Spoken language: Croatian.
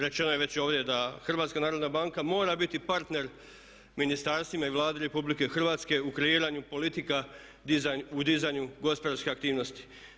Rečeno je već ovdje da HNB mora biti partner ministarstvima i Vladi RH u kreiranju politika, u dizanju gospodarskih aktivnosti.